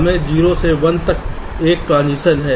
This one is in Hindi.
हमें 0 से 1 तक एक ट्रांजिशन है